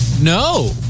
No